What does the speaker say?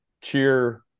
cheer